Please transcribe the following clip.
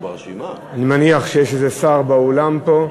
תודה רבה לך, אני מניח שיש איזה שר באולם פה.